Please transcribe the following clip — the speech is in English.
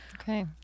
Okay